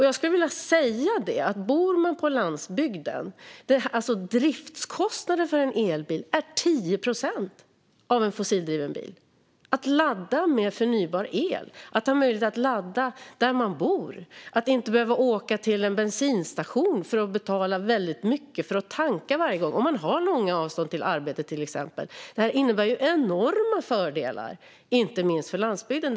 Jag skulle också, apropå att bo på landsbygden, vilja säga att driftskostnaden för en elbil är 10 procent av kostnaden för en fossildriven bil. Att ladda med förnybar el, att ha möjlighet att ladda där man bor och inte behöva åka till en bensinstation och betala väldigt mycket för att tanka varje gång, till exempel om man har långt till arbetet, innebär enorma fördelar inte minst för landsbygden.